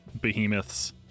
behemoths